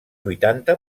vuitanta